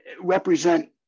Represent